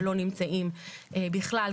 שלא נמצאים בכלל,